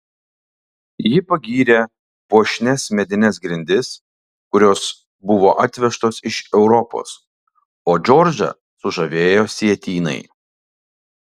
ji pagyrė puošnias medines grindis kurios buvo atvežtos iš europos o džordžą sužavėjo sietynai